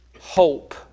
hope